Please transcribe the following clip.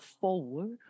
forward